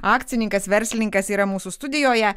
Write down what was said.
akcininkas verslininkas yra mūsų studijoje